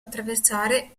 attraversare